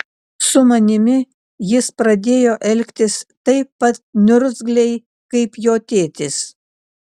su manimi jis pradėjo elgtis taip pat niurzgliai kaip jo tėtis